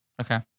Okay